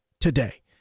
today